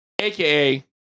AKA